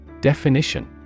Definition